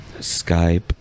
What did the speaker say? Skype